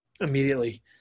immediately